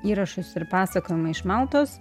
įrašus ir pasakojimą iš maltos